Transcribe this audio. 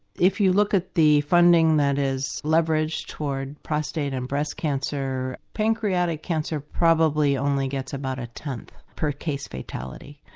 if you look at the funding that is leveraged towards prostate and breast cancer, pancreatic cancer probably only gets about a tenth per case fatality.